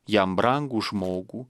jam brangų žmogų